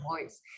voice